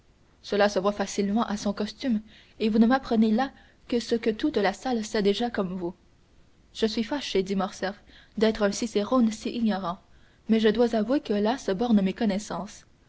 cela se voit facilement à son costume et vous ne m'apprenez là que ce que toute la salle sait déjà comme nous je suis fâché dit morcerf d'être un cicérone si ignorant mais je dois avouer que là se bornent mes connaissances